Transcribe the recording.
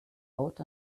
out